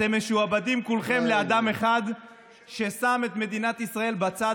אתם משועבדים כולכם לאדם אחד ששם את מדינת ישראל בצד,